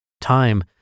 Time